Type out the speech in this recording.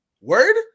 word